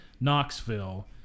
Knoxville